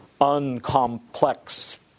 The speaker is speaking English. uncomplex